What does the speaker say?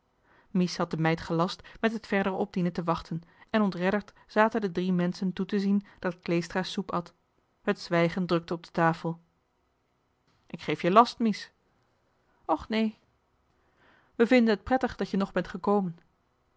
mies had de meid gelast met het verdere opdienen te wachten en ontredderd zaten de drie menschen toe johan de meester de zonde in het deftige dorp te zien dat kleestra soep at het zwijgen drukte op de tafel ik geef je last mies och nee we vinden het prettig dat je nog bent gekomen